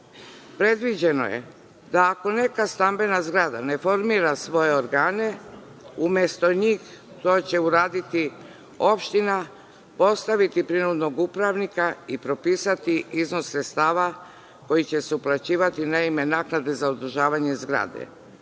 zgradama. Predviđeno je da ako neka stambena zgrada ne formira svoje organe umesto njih to će uraditi opština, postaviti prinudnog upravnika i propisati iznos sredstava, koji će se uplaćivati na ime naknade za održavanje zgrade.